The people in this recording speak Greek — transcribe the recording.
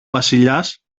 βασιλιάς